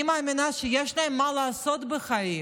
אני מאמינה שיש להם מה לעשות בחיים.